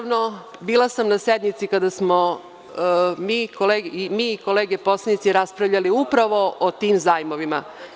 Bila sam na sednici kada smo mi i kolege poslanici raspravljali upravo o tim zajmovima.